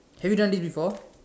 have you done this before